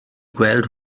gweld